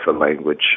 language